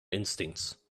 instincts